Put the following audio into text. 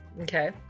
Okay